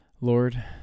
lord